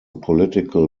political